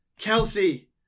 kelsey